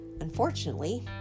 Unfortunately